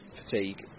fatigue